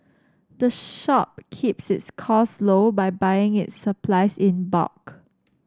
the shop keeps its cost low by buying its supplies in bulk